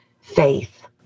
faith